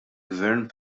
gvern